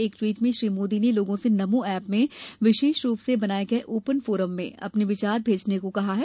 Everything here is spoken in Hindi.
एक टवीट में श्री मोदी ने लोगों से नमो ऐप में विशेष रूप से बनाये गये ओपन फोरम में अपने विचार भेजने को कहा है